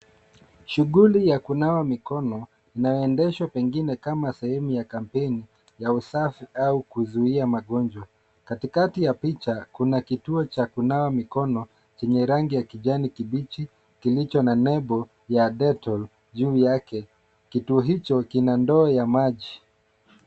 Shuguli ya kunawa mikono inaendeshwa pengine kama sehemu ya kampeni ya usafi au kuzuia magonjwa. Katikati ya picha kuna kituo cha kunawa mikono chenye rangi ya kijani kibichi kilicho na nembo ya dettol juu yake. Kituo hicho kina ndoo ya maji.